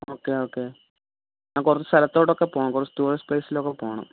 okay okay ഞാൻ കുറച്ച് സ്ഥലത്തോട്ടൊക്കെ പോവണം കുറച്ച് ടൂറിസ്റ്റ് പ്ലേസിലൊക്കെ പോവണം